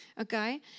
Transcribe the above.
okay